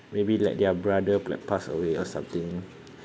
maybe like their brother like pass away or something